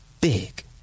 big